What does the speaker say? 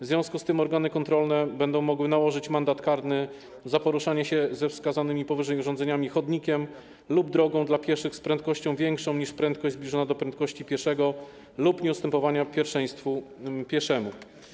W związku z tym organy kontrolne będą mogły nałożyć mandat karny za poruszanie się za pomocą wskazanych powyżej urządzeń chodnikiem lub drogą dla pieszych z prędkością większą niż prędkość zbliżona do prędkości pieszego lub nieustępowanie pierwszeństwa pieszemu.